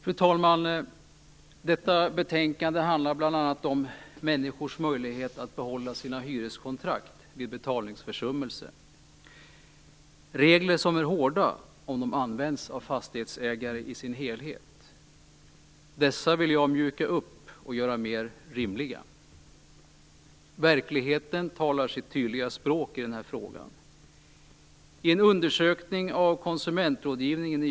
Fru talman! Detta betänkande handlar bl.a. om människors möjlighet att behålla sina hyreskontrakt vid betalningsförsummelse. Reglerna är hårda om de används i sin helhet av fastighetsägare. Dessa regler vill jag mjuka upp och göra mer rimliga. Verkligheten talar sitt tydliga språk i denna fråga.